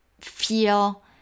feel